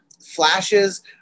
flashes